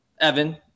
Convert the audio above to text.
Evan